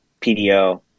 PDO